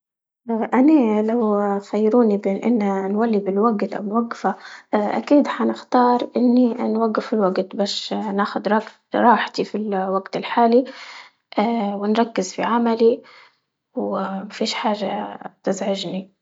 إني لو خيروني نولي بالوقت أو نوقفه أكيد حنختار إني نوقف الوقت باش ناخد ر- راحتي في الوقت الحالي، ونركز في عملي ومفيش حاجة تزعجني.